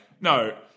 No